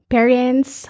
Parents